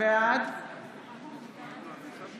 בעד